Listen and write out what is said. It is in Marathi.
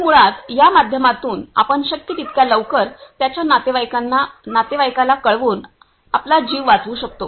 तर मुळात या माध्यमातून आपण शक्य तितक्या लवकर त्याच्या नातेवाईकाला कळवून आपला जीव वाचवू शकतो